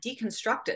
deconstructed